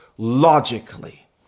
Logically